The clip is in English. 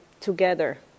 together